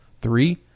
three